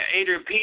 Adrian